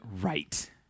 right